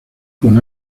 con